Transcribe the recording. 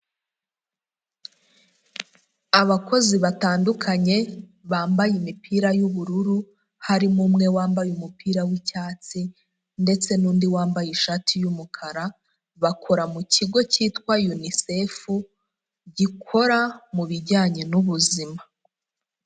Abakozi batandukanye bambaye imipira y'ubururu, harimo umwe wambaye umupira w'icyatsi ndetse n'undi wambaye ishati y'umukara, bakora mu kigo cyitwa Unicef gikora mu bijyanye n'ubuzima.